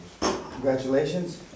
Congratulations